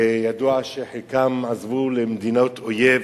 וידוע שחלקם עזבו למדינות אויב,